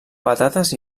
patates